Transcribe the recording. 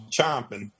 chomping